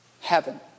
heaven